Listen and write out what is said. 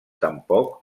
tampoc